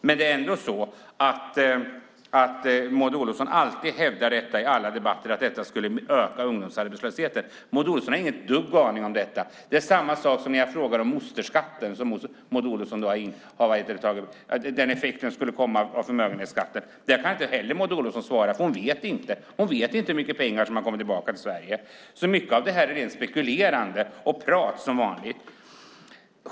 I alla debatter hävdar Maud Olofsson att ungdomsarbetslösheten annars skulle öka. Men Maud Olofsson har inte en aning om detta. På samma sätt är det när jag frågar om mosterskatten, om effekten av borttagandet av förmögenhetsskatten. Inte heller där kan Maud Olofsson ge ett svar, för hon vet inte hur mycket pengar som har kommit tillbaka till Sverige. Mycket här är alltså ett rent spekulerande och, som vanligt, prat.